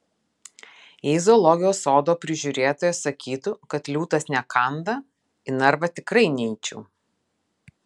jei zoologijos sodo prižiūrėtojas sakytų kad liūtas nekanda į narvą tikrai neičiau